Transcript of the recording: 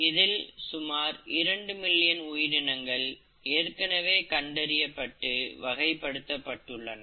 இதில் சுமார் 2 மில்லியன் உயிரினங்கள் ஏற்கனவே கண்டறியப்பட்டு வகைப்படுத்தப்பட்டுள்ளன